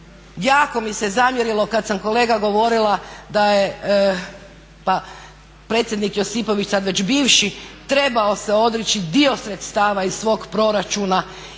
Jako mi se zamjerilo kad sam kolega govorila da je predsjednik Josipović, sad već bivši trebao se odreći dio sredstava iz svog proračuna i